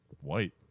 White